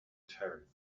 terrified